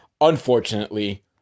Unfortunately